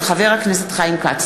של חבר הכנסת חיים כץ.